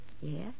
Yes